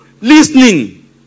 listening